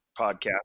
podcast